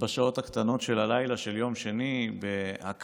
בשעות הקטנות של הלילה של יום שני בהקמת